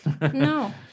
no